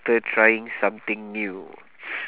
~ter trying something new